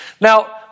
Now